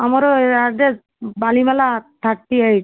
ଆମର ଏ address Balimela thirty eight